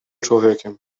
człowiekiem